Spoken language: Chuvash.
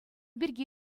пирки